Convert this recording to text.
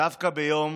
דווקא ביום